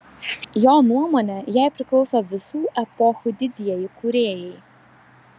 jo nuomone jai priklauso visų epochų didieji kūrėjai